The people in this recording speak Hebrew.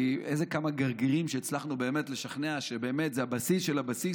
כי איזה כמה גרגרים שהצלחנו באמת לשכנע שזה באמת הבסיס של הבסיס